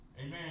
Amen